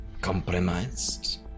Compromised